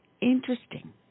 Interesting